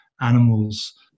animals